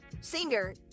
singer